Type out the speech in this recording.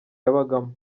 yabagamo